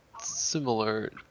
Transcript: similar